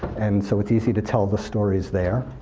and so it's easy to tell the stories there.